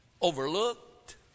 overlooked